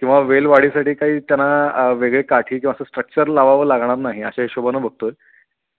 किंवा वेल वाढीसाठी काही त्यांना वेगळे काठी किंवा असं स्ट्रक्चर लावावं लागणार नाही अशा हिशोबाानं बघतो